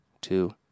two